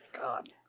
God